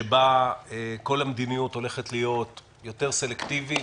שבה כל המדיניות הולכת להיות יותר סלקטיבית,